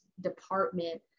department